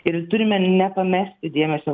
ir turime nepamesti dėmesio